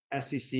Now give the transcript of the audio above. SEC